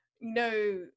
no